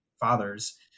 fathers